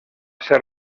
ser